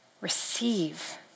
receive